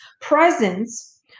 presence